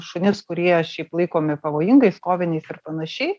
šunis kurie šiaip laikomi pavojingais koviniais ir panašiai